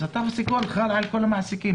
אז התו הסגול חל על כל המעסיקים.